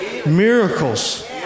Miracles